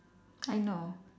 I know